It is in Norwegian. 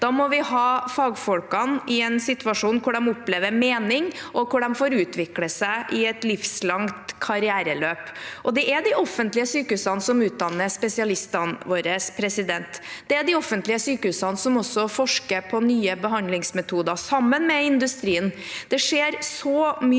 Da må vi ha fagfolkene i en situasjon hvor de opplever mening og får utvikle seg i et livslangt karriereløp. Det er de offentlige sykehusene som utdanner spesialistene våre. Det er de offentlige sykehusene som også forsker på nye behandlingsmetoder, sammen med industrien.